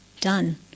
done